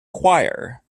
choir